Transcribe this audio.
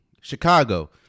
Chicago